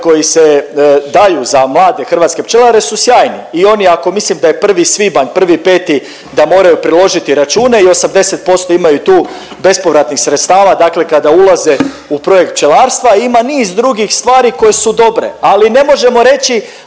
koji se daju za mlade hrvatske pčelare su sjajni i oni ako, mislim da je 1. svibanj 1.5. da moraju priložiti račune i 80% imaju tu bespovratnih sredstava, dakle kada ulaze u projekt pčelarstva i ima niz drugih stvari koje su dobre, ali ne možemo reći